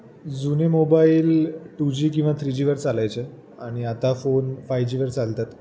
जुने mobile two G किंवा three जीवर चालायचे आणि आता फोन फाय जीवर चालतात